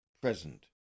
present